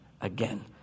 again